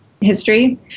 history